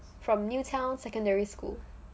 from new town secondary school